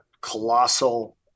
colossal